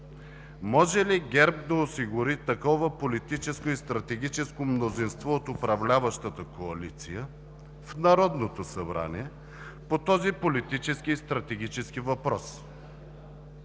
може ли ГЕРБ да осигури такова политическо и стратегическо мнозинство от управляващата коалиция в Народното събрание по този политически и стратегически въпрос?